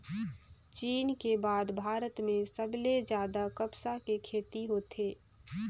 चीन के बाद भारत में सबले जादा कपसा के खेती होथे